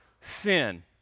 sin